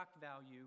value